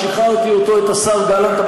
שחררתי אותו, את השר גלנט.